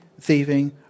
thieving